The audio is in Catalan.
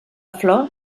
flor